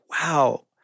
wow